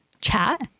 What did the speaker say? chat